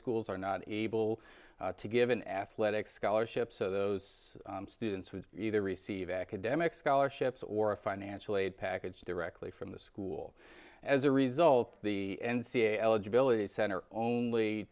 schools are not able to give an athletic scholarship so those students would either receive academic scholarships or a financial aid package directly from the school as a result the n c a a eligibility center only